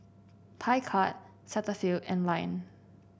Picard Cetaphil and Lion